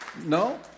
No